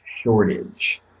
shortage